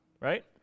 Right